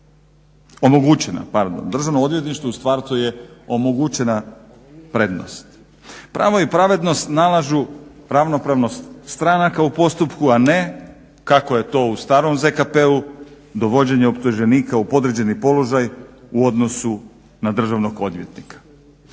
Državnom odvjetništvu u startu je omogućena prednost. Pravo i pravednost nalažu ravnopravnost stranaka u postupku, a ne kako je to u starom ZKP-u dovođenje optuženika u podređeni položaj u odnosu na državnog odvjetnika.